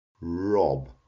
rob